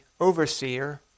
overseer